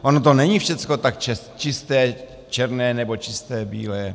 Ono to není všechno tak čisté černé nebo čisté bílé.